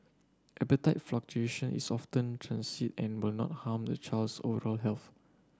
appetite fluctuation is often transient and will not harm the child's overall health